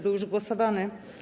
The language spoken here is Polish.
Był już głosowany.